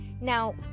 Now